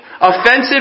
offensive